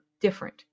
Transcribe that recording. different